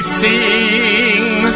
sing